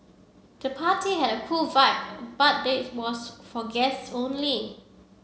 the party had a cool vibe but they was for guests only